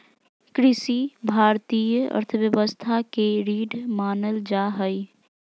कृषि भारतीय अर्थव्यवस्था के रीढ़ मानल जा हइ